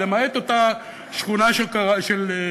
למעט אותה שכונה של קונטיינרים,